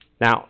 Now